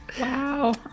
Wow